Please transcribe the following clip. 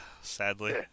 sadly